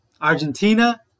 Argentina